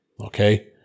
Okay